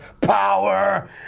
Power